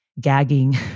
gagging